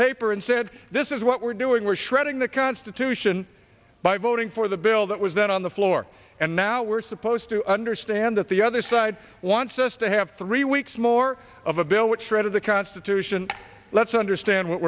paper and said this is what we're doing we're shredding the constitution by voting for the bill that was that on the floor and now we're supposed to understand that the other side wants us to have three weeks more of a bill which shredded the constitution let's understand what